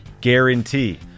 Guarantee